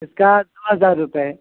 اس کا سات ہزار روپئے ہے